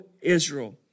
Israel